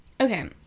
okay